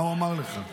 מה הוא אמר לך?